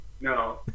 No